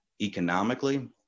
economically